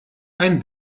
ein